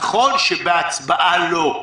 נכון שבהצבעה לא,